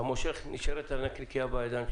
אתה מושך, ונשארת הנקניקייה בידיים שלהם.